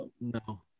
No